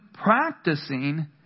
practicing